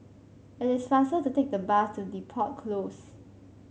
it is faster to take the bus to Depot Close